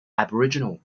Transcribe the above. aboriginal